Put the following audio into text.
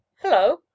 hello